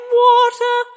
water